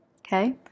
Okay